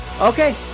okay